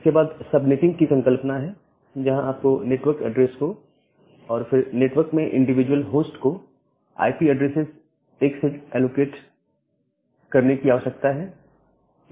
इसके बाद सबनेटिंग की संकल्पना है जहां आप को नेटवर्क एड्रेस को और फिर नेटवर्क में इंडिविजुअल होस्ट को आईपी ऐड्रेसेस एक सेट एलोकेट करने की आवश्यकता है